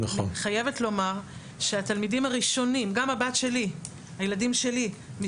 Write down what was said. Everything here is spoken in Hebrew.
אני חייבת לומר שגם הילדים שלי הם